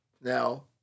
Now